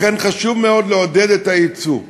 לכן חשוב מאוד לעודד את הייצוא.